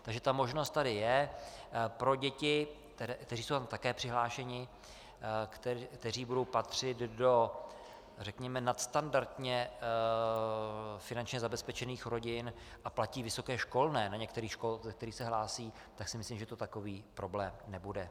Takže ta možnost tady je pro děti, které jsou taky přihlášeny, které budou patřit do řekněme nadstandardně finančně zabezpečených rodin a platí vysoké školné na některých školách, ze kterých se hlásí, tak si myslím, že to takový problém nebude.